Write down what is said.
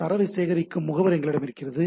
தரவைச் சேகரிக்கும் முகவர் எங்களிடம் இருக்கிறார்